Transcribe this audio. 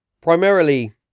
primarily